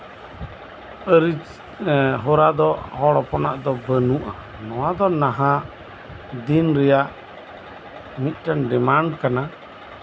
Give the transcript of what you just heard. ᱵᱟᱹᱲᱤᱡ ᱦᱚᱨᱟ ᱫᱚ ᱦᱚᱲ ᱦᱚᱯᱚᱱᱟᱜ ᱫᱚ ᱵᱟᱱᱩᱜᱼᱟ ᱚᱱᱟ ᱫᱚ ᱱᱟᱦᱟᱜ ᱫᱤᱱ ᱨᱮᱭᱟᱜ ᱢᱤᱫᱴᱮᱱ ᱰᱤᱢᱟᱱᱰ ᱠᱟᱱᱟ